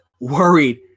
worried